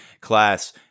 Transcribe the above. class